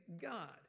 God